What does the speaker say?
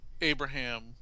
Abraham